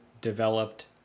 developed